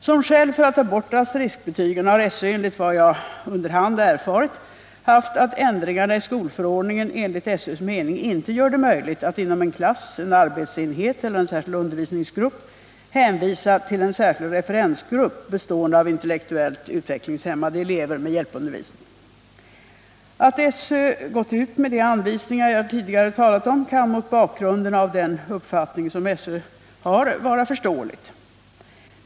Som skäl för att ta bort asteriskbetygen har SÖ enligt vad jag under hand erfarit haft att ändringarna i skolförordningen enligt SÖ:s mening inte gör det möjligt att inom en klass, en arbetsenhet eller en särskild undervisningsgrupp hänvisa till en särskild referensgrupp bestående av intellektuellt utvecklingshämmade elever med hjälpundervisning. Att SÖ gått ut med de anvisningar som jag tidigare har talat om kan, mot bakgrund av den uppfattning som SÖ har, vara förståeligt.